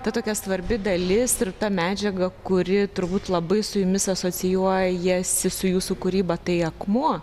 tad tokia svarbi dalis ir ta medžiaga kuri turbūt labai su jumis asocijuojasi su jūsų kūryba tai akmuo